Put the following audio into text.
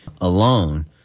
alone